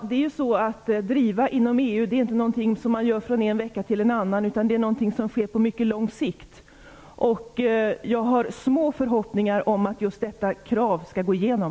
Herr talman! Att driva en fråga inom EU är inte någonting som man gör från en vecka till en annan, utan det är någonting som sker på mycket lång sikt. Jag hyser små förhoppningar om att just detta krav skall gå igenom.